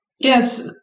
Yes